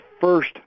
first